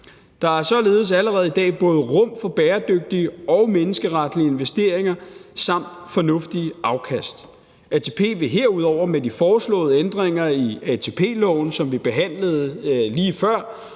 Der er således allerede i dag både rum for bæredygtige og menneskeretlige investeringer samt fornuftige afkast. Herudover vil ATP med de foreslåede ændringer i ATP-loven, som vi behandlede lige før,